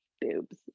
boobs